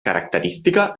característica